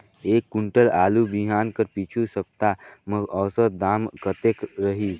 एक कुंटल आलू बिहान कर पिछू सप्ता म औसत दाम कतेक रहिस?